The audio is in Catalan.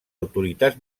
autoritats